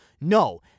no